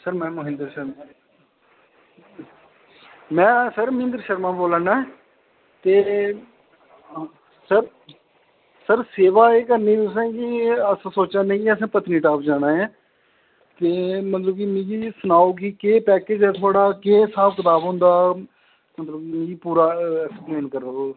sir में मोहिंद्र शर्मा में sir Mohinder Sharma बोल्लै ना ते सर सर सेवा एह् करनी तुसें कि अस सोचै ने कि असें पत्नीटाप जाना ऐ ते मतलब के मिगी सनाओ कि केह् पैकेज ऐ थुआढ़ा के स्हाब कताब होंदा मतलब मिगी पूरा एक्सपलेन करो